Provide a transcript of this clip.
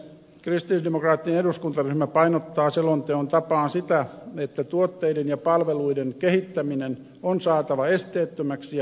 kristillisdemokraattinen eduskuntaryhmä painottaa selonteon tapaan sitä että tuotteiden ja palveluiden kehittäminen on saatava esteettömäksi ja helppokäyttöiseksi